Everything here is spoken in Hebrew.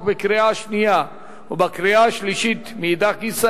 בקריאה השנייה ובקריאה השלישית מאידך גיסא,